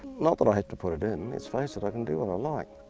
not that i have to put it in let's face it i can do what i like.